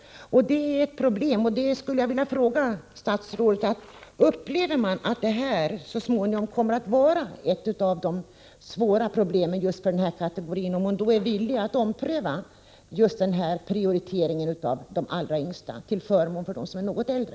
Jag skulle vilja fråga statsrådet: Upplevs detta som ett problem — ett problem som kanske så småningom kommer att vara ett av de svåra för just denna kategori? Är man villig att här ompröva prioriteringen av de yngre till förmån för dem som är något äldre?